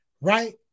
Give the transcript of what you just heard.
Right